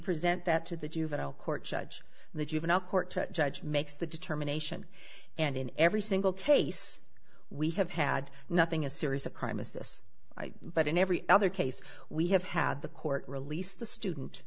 present that to the juvenile court judge the juvenile court judge makes the determination and in every single case we have had nothing a series a crime as this but in every other case we have had the court release the student